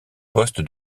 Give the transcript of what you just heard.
poste